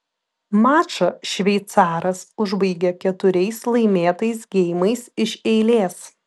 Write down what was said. mačą šveicaras užbaigė keturiais laimėtais geimais iš eilės